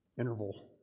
interval